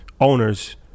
owners